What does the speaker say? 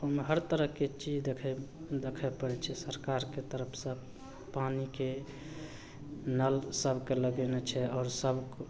ओहिमे हर तरहके चीज देखैमे देखै पड़ै छै सरकारके तरफसे पानीके नल सभकेँ लगेने छै आओर सभकेँ